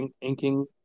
inking